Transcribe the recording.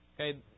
okay